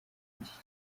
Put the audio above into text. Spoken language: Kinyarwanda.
iki